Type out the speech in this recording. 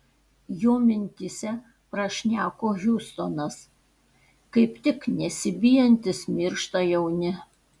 jo mintyse prašneko hiustonas kaip tik nesibijantys miršta jauni